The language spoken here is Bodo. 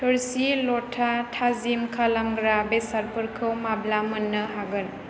थोरसि लथा थाजिम खालामग्रा बेसादफोरखौ माब्ला मोन्नो हागोन